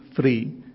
free